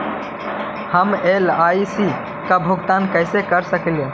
हम एल.आई.सी के भुगतान कैसे कर सकली हे?